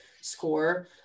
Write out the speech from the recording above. score